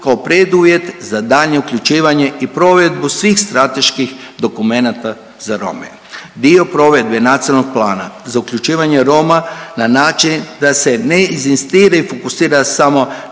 kao preduvjet za daljnje uključivanje i provedbu svih strateških dokumenata za Rome. Dio provedbe Nacionalnog plana za uključivanje Roma na način da se ne inzistira i fokusira samo